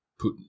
Putin